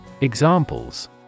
Examples